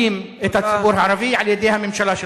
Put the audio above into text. את הציבור הערבי על-ידי הממשלה שלך.